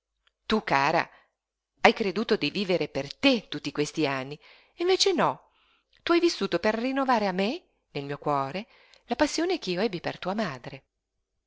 tu cara hai creduto di vivere per te tutti questi anni e invece no tu hai vissuto per rinnovare a me nel mio cuore la passione che io ebbi per tua madre